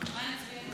ההצעה